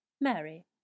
Mary